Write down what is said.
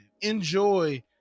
enjoy